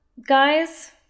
guys